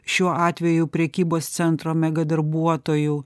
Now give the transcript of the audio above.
šiuo atveju prekybos centro mega darbuotojų